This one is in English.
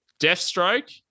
Deathstroke